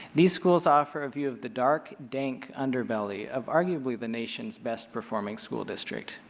these schools offer a view of the dark, dank underbelly of arguably the nation's best performs school district.